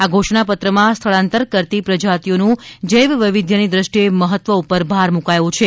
આ ઘોષણાપત્રમાં સ્થળાંતર કરતી પ્રજાતિઓનું જૈવ વૈવિધ્યની દ્રષ્ટિએ મહત્વ ઉપર ભાર મુકાયો છે